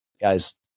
guys